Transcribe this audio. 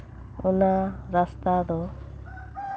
ᱚᱱᱟ ᱨᱟᱥᱛᱟ ᱫᱚ